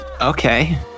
okay